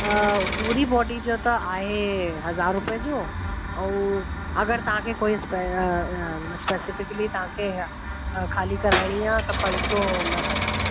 पूरी बॉडी जो त आहे हज़ार रुपए जो ऐं अगरि तव्हांखे कोई स्पेसिफिकली तव्हांखे ख़ाली कराइणी आहे त पंज सौ में कंदमि